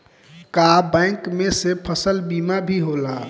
का बैंक में से फसल बीमा भी होला?